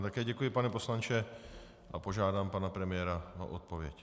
Také vám děkuji, pane poslanče, a požádám pana premiéra o odpověď.